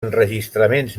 enregistraments